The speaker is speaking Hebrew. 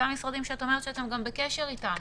אותם משרדים שאת אומרת שאתם בקשר איתם,